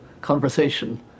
conversation